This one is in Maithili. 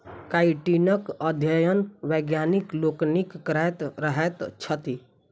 काइटीनक अध्ययन वैज्ञानिक लोकनि करैत रहैत छथि